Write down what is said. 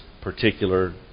particular